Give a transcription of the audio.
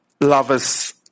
lovers